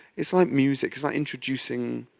it's like music, it's like introducing